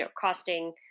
costing